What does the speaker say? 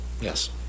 Yes